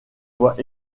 voix